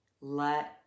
Let